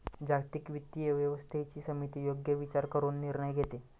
जागतिक वित्तीय व्यवस्थेची समिती योग्य विचार करून निर्णय घेते